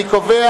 מי נגד?